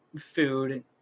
food